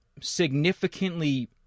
significantly